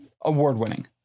award-winning